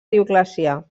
dioclecià